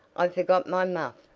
i forgot my muff,